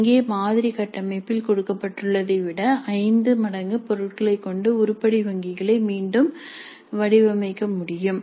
இங்கே மாதிரி கட்டமைப்பில் கொடுக்கப்பட்டுள்ளதை விட ஐந்து மடங்கு பொருட்களைக் கொண்டு உருப்படி வங்கிகளை மீண்டும் வடிவமைக்க முடியும்